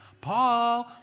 Paul